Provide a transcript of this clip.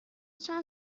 چند